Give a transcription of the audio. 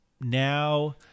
Now